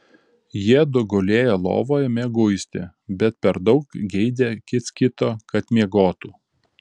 jiedu gulėjo lovoje mieguisti bet per daug geidė kits kito kad miegotų